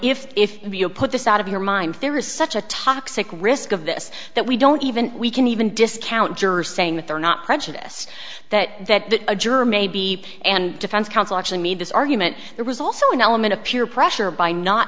if if you put this out of your mind there is such a toxic risk of this that we don't even we can even disk jurors saying that they're not prejudiced that that that a germ a b and defense counsel actually made this argument there was also an element of peer pressure by not